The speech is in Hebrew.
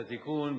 את התיקון,